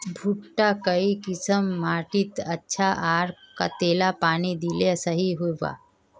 भुट्टा काई किसम माटित अच्छा, आर कतेला पानी दिले सही होवा?